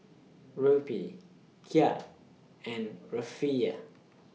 Rupee Kyat and Rufiyaa